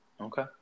Okay